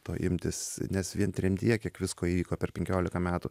to imtis nes vien tremtyje kiek visko įvyko per penkiolika metų